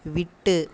விட்டு